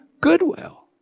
goodwill